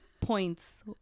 points